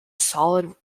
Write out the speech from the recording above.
solid